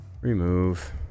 Remove